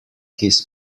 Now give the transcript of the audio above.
his